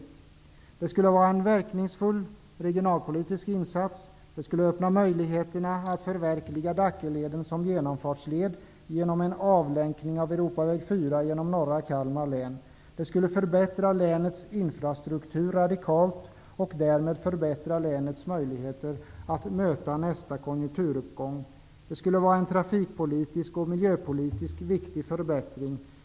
Det skulle vara en verkningsfull regionalpolitisk insats. Det skulle öppna möjligheten att förverkliga Dackeleden som genomfartsled med en avlänkning av Europaväg 4 genom norra Kalmar län. Det skulle förbättra länets infrastruktur radikalt och därmed förbättra länets möjligheter att möta nästa konjunkturuppgång. Det skulle vara en trafikpolitiskt och miljöpolitiskt viktig förbättring.